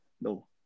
No